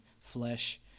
flesh